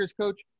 coach